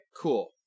Cool